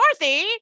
Dorothy